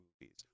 movies